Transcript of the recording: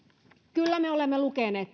kyllä me perussuomalaiset olemme lukeneet